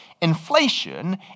inflation